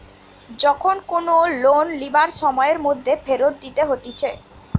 যখন কোনো লোন লিবার সময়ের মধ্যে ফেরত দিতে হতিছে